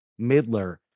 midler